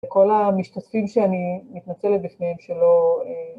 וכל המשתתפים שאני מתנצלת בפניהם שלא...